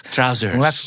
Trousers